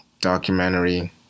documentary